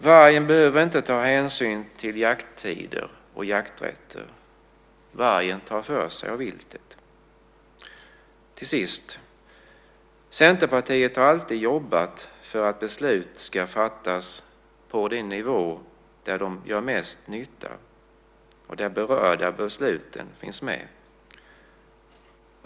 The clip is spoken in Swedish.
Vargen behöver inte ta hänsyn till jakttider och jakträtter. Vargen tar för sig av viltet. Till sist: Centerpartiet har alltid jobbat för att beslut ska fattas på den nivå där de gör mest nytta och där de berörda av besluten finns med.